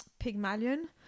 pygmalion